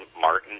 Martin